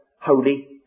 holy